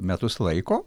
metus laiko